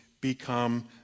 become